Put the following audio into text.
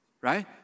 Right